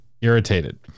irritated